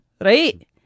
right